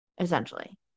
essentially